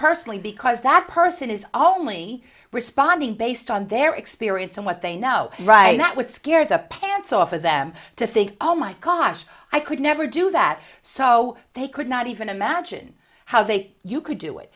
personally because that person is only responding based on their experience and what they know right that would scare the pants off of them to think oh my gosh i could never do that so they could not even imagine how they you could do it